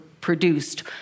produced